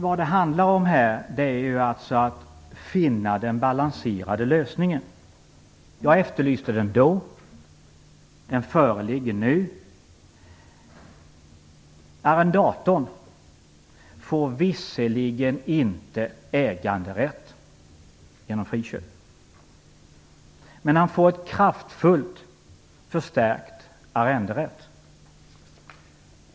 Vad det handlar om här är att finna en balanserad lösning. Jag efterlyste en sådan då. En sådan föreligger nu. Arrendatorn får visserligen inte äganderätt genom friköpet, men han får en kraftfullt förstärkt arrenderätt.